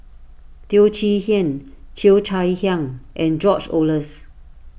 Teo Chee Hean Cheo Chai Hiang and George Oehlers